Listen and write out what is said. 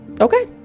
okay